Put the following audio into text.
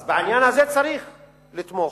אז בעניין הזה צריך לתמוך,